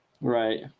Right